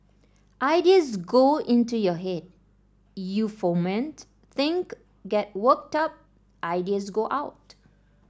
ideas go into your head you foment think get worked up ideas go out